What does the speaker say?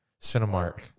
Cinemark